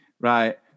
Right